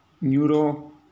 neuro